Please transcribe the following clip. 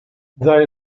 they